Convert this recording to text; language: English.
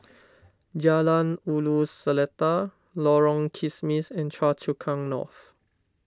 Jalan Ulu Seletar Lorong Kismis and Choa Chu Kang North